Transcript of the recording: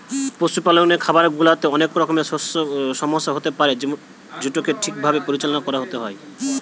পশুপালকের খামার গুলাতে অনেক রকমের সমস্যা হতে পারে যেটোকে ঠিক ভাবে পরিচালনা করতে হয়